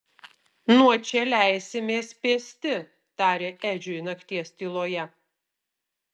nuo čia leisimės pėsti tarė edžiui nakties tyloje